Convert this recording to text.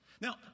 Now